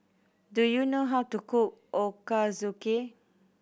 do you know how to cook Ochazuke